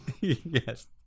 Yes